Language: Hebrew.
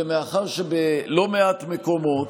ומאחר שבלא מעט מקומות,